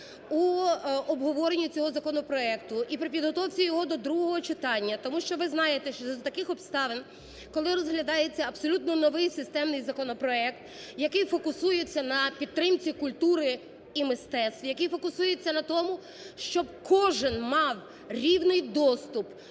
в обговоренні цього законопроекту і при підготовці його до другого читання. Тому що ви знаєте, що за таких обставин, коли розглядається абсолютно новий системний законопроект, який фокусується на підтримці культури і мистецтв, який фокусується на тому, щоб кожен мав рівний доступ